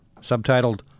subtitled